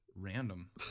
Random